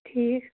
ٹھیٖک